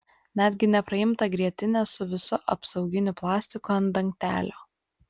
netgi nepraimtą grietinę su visu apsauginiu plastiku ant dangtelio